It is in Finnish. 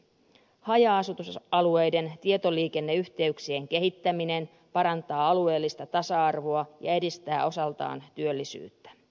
haja asutusalueiden tietoliikenneyhteyksien kehittäminen parantaa alueellista tasa arvoa ja edistää osaltaan työllisyyttä